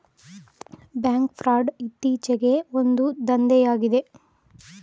bank fraud ಇತ್ತೀಚೆಗೆ ಒಂದು ದಂಧೆಯಾಗಿದೆ